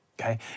Okay